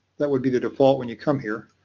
that would be the default when you come here.